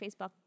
Facebook